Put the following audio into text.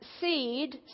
seed